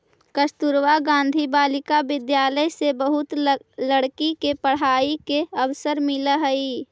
कस्तूरबा गांधी बालिका विद्यालय से बहुत लड़की के पढ़ाई के अवसर मिलऽ हई